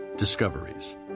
Discoveries